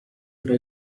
fra